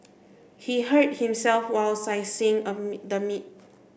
he hurt himself while slicing the meat